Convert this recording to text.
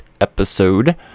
episode